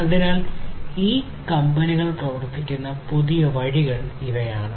അതിനാൽ ഈ കമ്പനികൾ പ്രവർത്തിക്കുന്ന പുതിയ വഴികൾ ഇവയാണ്